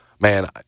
Man